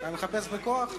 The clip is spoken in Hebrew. אתה מחפש בכוח?